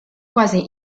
quasi